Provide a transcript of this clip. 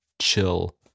chill